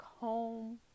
home